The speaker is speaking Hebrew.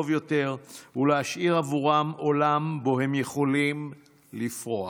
יותר ולהשאיר עבורם עולם שבו הם יכולים לפרוח,